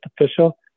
official